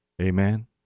Amen